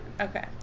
Okay